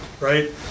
right